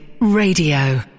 Radio